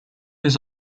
his